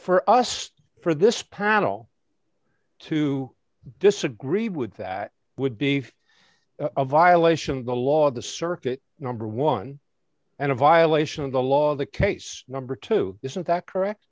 for us for this panel to disagree with that would be a violation of the law of the circuit number one and a violation of the law of the case number two isn't that correct